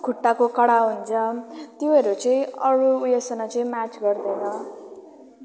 खुट्टाको कडा हुन्छ त्योहरू चाहिँ अरू उयोसमा चाहिँ म्याच गर्दैन